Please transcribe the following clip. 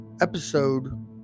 episode